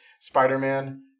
Spider-Man